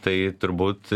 tai turbūt